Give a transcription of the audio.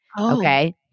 Okay